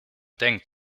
denkt